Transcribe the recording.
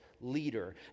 leader